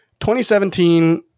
2017